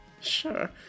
sure